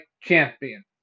Champion